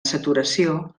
saturació